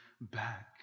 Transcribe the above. back